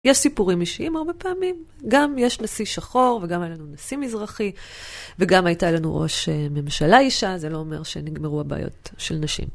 יש סיפורים אישיים הרבה פעמים, גם יש נשיא שחור וגם היה לנו נשיא מזרחי וגם הייתה לנו ראש ממשלה אישה, זה לא אומר שנגמרו הבעיות של נשים.